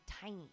tiny